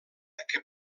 que